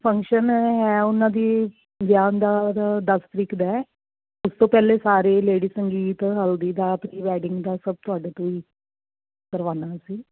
function ਹੈ ਉਹਨਾਂ ਦੀ ਵਿਆਹ ਉਨਦਾ ਦਸ ਤਰੀਕ ਦਾ ਉਸ ਤੋਂ ਪਹਿਲੇ ਸਾਰੇ ਲੇਡੀ ਸੰਗੀਤ ਹਲਦੀ ਦਾ ਪ੍ਰੀਵੈਡਿੰਗ ਦਾ ਸਭ ਤੁਹਾਡੇ ਤੋਂ ਹੀ ਕਰਵਾਨਾ ਅਸੀਂ